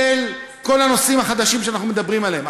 של כל הנושאים החדשים שאנחנו מדברים עליהם.